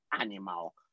animal